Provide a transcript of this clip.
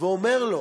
ואומר לו,